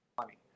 money